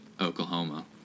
Oklahoma